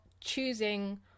choosing